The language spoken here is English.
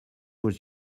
was